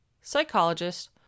psychologist